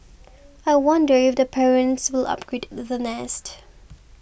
I wonder if the parents will 'upgrade' the nest